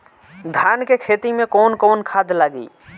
धान के खेती में कवन कवन खाद लागी?